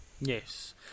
Yes